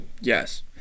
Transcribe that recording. Yes